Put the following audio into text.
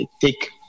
take